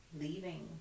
leaving